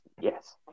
yes